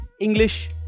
English